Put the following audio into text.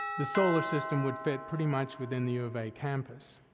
the solar system would fit pretty much within the u of a campus,